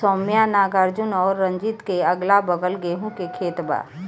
सौम्या नागार्जुन और रंजीत के अगलाबगल गेंहू के खेत बा